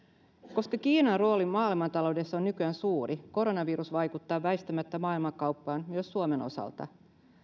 koska kiinan rooli maailmantaloudessa on nykyään suuri koronavirus vaikuttaa väistämättä maailmankauppaan myös suomen osalta